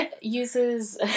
uses